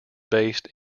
based